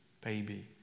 baby